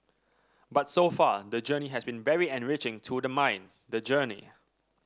but so far the journey has been very enriching to the mind the journey